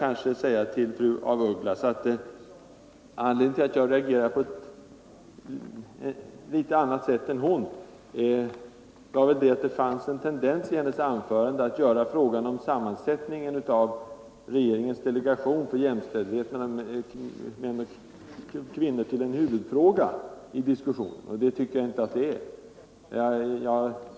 Anledningen till att jag uttryckte mig på ett något annat sätt än fru af Ugglas var, att det fanns en tendens i hennes anförande att göra frågan om sammansättningen av regeringens delegation för jämställdhet mellan män och kvinnor till en huvudfråga i diskussionen. Det tycker jag inte att den är.